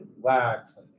relax